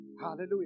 hallelujah